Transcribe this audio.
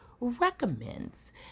recommends